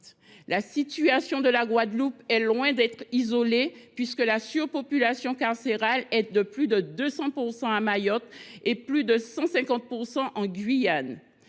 Le cas de la Guadeloupe est loin d’être isolé, puisque la surpopulation carcérale est de plus de 200 % à Mayotte et de plus de 150 % en Guyane.